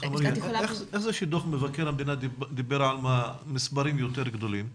איך זה שדוח מבקר המדינה דיבר על מספרים יותר גדולים?